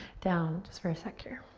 down just for a sec here.